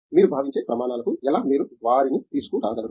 మీరు భావించే ప్రమాణాలకు ఎలా మీరు వారిని తీసుకురాగలరు